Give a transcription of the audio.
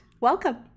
welcome